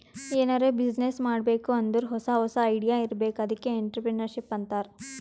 ಎನಾರೇ ಬಿಸಿನ್ನೆಸ್ ಮಾಡ್ಬೇಕ್ ಅಂದುರ್ ಹೊಸಾ ಹೊಸಾ ಐಡಿಯಾ ಇರ್ಬೇಕ್ ಅದ್ಕೆ ಎಂಟ್ರರ್ಪ್ರಿನರ್ಶಿಪ್ ಅಂತಾರ್